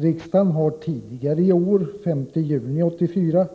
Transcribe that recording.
Riksdagen har tidigare i år, den 5 juni 1984,